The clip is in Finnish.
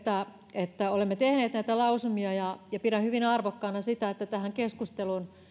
että olemme tehneet näitä lausumia ja ja pidän hyvin arvokkaana sitä että tähän keskusteluun